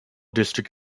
district